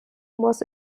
was